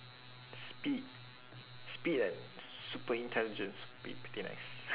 speed speed and super intelligence would be pretty nice